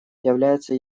является